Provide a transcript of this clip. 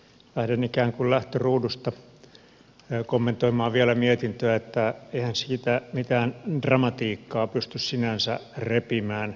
lähden ikään kuin lähtöruudusta kommentoimaan vielä mietintöä että eihän siitä mitään dramatiikkaa pysty sinänsä repimään